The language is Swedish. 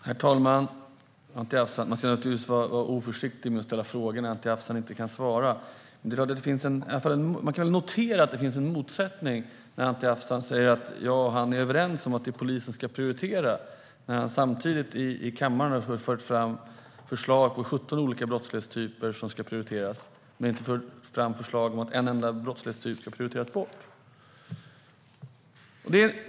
Herr talman! Jag ska naturligtvis vara försiktig med att ställa frågor när Anti Avsan inte kan svara. Man kan dock notera att det finns en motsättning när Anti Avsan säger att det är polisen som ska prioritera samtidigt som han i kammaren har fört fram förslag om 17 olika brottslighetstyper som ska prioriteras utan att föreslå att någon enda brottslighetstyp ska prioriteras bort.